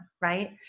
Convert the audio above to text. right